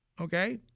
okay